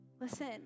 Listen